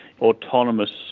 autonomous